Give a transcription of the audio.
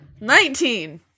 Nineteen